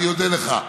אני אודה לך.